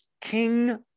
king